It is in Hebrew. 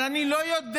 אבל אני לא יודע.